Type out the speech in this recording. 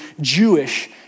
Jewish